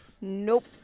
Nope